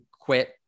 quit